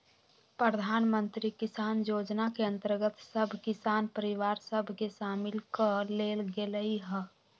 प्रधानमंत्री किसान जोजना के अंतर्गत सभ किसान परिवार सभ के सामिल क् लेल गेलइ ह